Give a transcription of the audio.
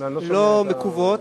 לא מקוות.